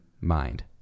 mind